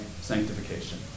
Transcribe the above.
sanctification